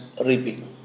Reaping